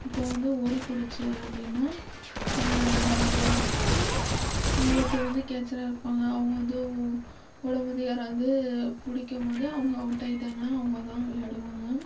அப்புறோம் வந்து ஓடிப்புடிச்சு அப்படின்னா நம்ப ஒருத்தர் வந்து கேட்ச்சராக இருப்பாங்க அவங்க வந்து ஓடும்போது யாராவது பிடிக்கம்போது அவங்க அவுட் ஆயிட்டாங்கன்னா அவங்கதான் விளையாடுவாங்க